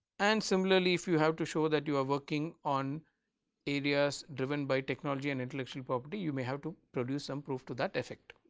and similarly, if you have to show that you are working on areas driven by technology and intellectual property you may have to produce some proof to that effect.